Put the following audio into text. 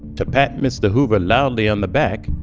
to pat mr. hoover loudly on the back,